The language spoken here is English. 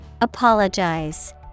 Apologize